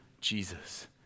Jesus